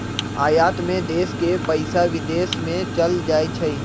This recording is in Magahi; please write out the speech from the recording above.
आयात में देश के पइसा विदेश में चल जाइ छइ